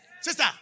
Sister